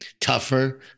tougher